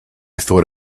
thought